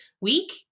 week